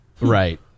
Right